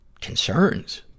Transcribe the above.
Concerns